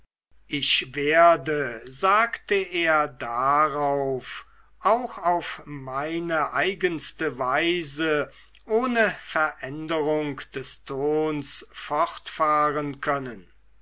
ich werde sagte er darauf auch auf meine eigenste weise ohne veränderung des tons fortfahren können